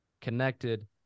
connected